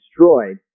destroyed